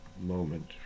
moment